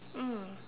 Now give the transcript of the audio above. mm